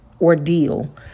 ordeal